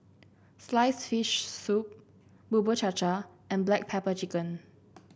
sliced fish soup Bubur Cha Cha and Black Pepper Chicken